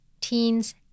teens